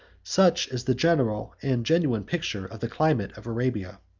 such is the general and genuine picture of the climate of arabia.